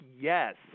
yes